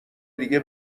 دیگه